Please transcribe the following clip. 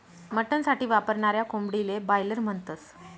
mutton साठी वापरनाऱ्या कोंबडीले बायलर म्हणतस